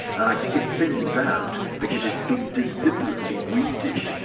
i think it thins out because it's being deliberately weeded,